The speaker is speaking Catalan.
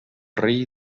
rei